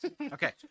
Okay